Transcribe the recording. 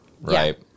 Right